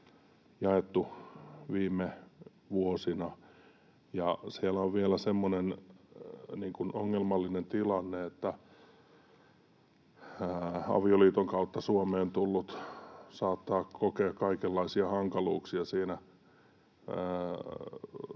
jaettu viime vuosina. Siellä on vielä semmoinen ongelmallinen tilanne, että avioliiton kautta Suomeen tullut saattaa kokea kaikenlaisia hankaluuksia